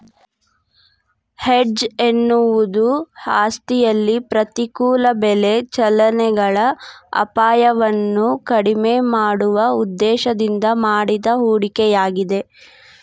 hedge ಎನ್ನುವುದು ಆಸ್ತಿಯಲ್ಲಿ ಪ್ರತಿಕೂಲ ಬೆಲೆ ಚಲನೆಗಳ ಅಪಾಯವನ್ನು ಕಡಿಮೆ ಮಾಡುವ ಉದ್ದೇಶದಿಂದ ಮಾಡಿದ ಹೂಡಿಕೆಯಾಗಿದೆ